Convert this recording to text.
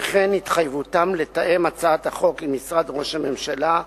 וכן יתחייבו לתאם את הצעת החוק עם משרד ראש הממשלה,